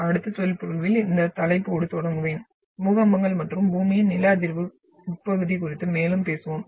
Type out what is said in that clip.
அடுத்த சொற்பொழிவில் இந்த தலைப்போடு தொடங்குவேன் பூகம்பங்கள் மற்றும் பூமியின் நில அதிர்வு உட்பகுதி குறித்து மேலும் பேசுவோம்